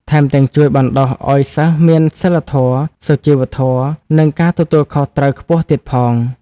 ថែមទាំងជួយបណ្តុះឲ្យសិស្សមានសីលធម៌ សុជីវធម៌ និងការទទួលខុសត្រូវខ្ពស់ទៀតផង។